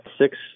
six